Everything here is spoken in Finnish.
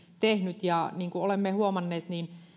tehnyt ja niin kuin olemme huomanneet